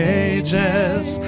ages